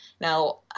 Now